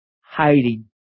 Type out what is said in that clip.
Hiding